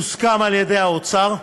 הוסכם על-ידי האוצר,